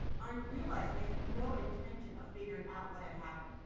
i realized they had no intention of figuring out what had happened.